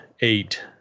eight